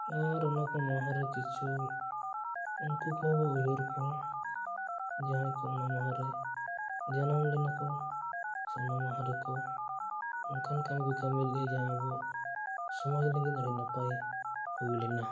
ᱟᱨ ᱚᱱᱟ ᱠᱚ ᱢᱟᱦᱟ ᱨᱮ ᱠᱤᱪᱷᱩ ᱩᱱᱠᱩ ᱠᱚᱦᱚᱸᱵᱚᱱ ᱩᱭᱦᱟᱹᱨ ᱠᱚᱣᱟ ᱡᱟᱦᱟᱭ ᱠᱚ ᱚᱱᱟ ᱢᱟᱦᱟ ᱨᱮ ᱡᱟᱱᱟᱢ ᱞᱮᱱᱟ ᱠᱚ ᱥᱮ ᱚᱱᱟ ᱢᱟᱦᱟ ᱨᱮᱠᱚ ᱚᱱᱠᱟᱱ ᱠᱟᱢᱤ ᱠᱚ ᱠᱟᱢᱤ ᱞᱮᱜᱼᱟ ᱡᱟᱦᱟᱸ ᱟᱵᱚ ᱥᱚᱢᱟᱡᱽ ᱞᱟᱹᱜᱤᱫ ᱟᱹᱰᱤ ᱱᱟᱯᱟᱭ ᱦᱩᱭ ᱞᱮᱱᱟ